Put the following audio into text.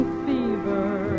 fever